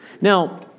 Now